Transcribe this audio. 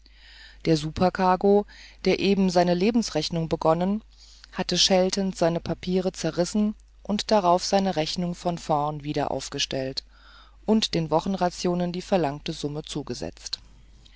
der supercargo der eben seine lebensrechnung begonnen hatte scheltend seine papiere zerrissen und darauf seine rechnung von vom wieder aufgestellt und den wochenrationen die verlangte summe zugesetzt